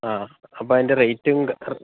ആ അപ്പോൾ അതിന്റെ റേറ്റും